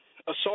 assault